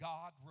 God